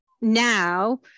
now